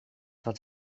wat